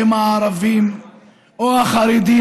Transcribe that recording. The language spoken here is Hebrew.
הערבים או החרדים,